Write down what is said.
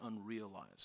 unrealized